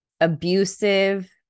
abusive